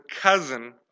cousin